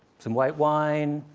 some white wine,